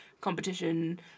competition